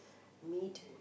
meat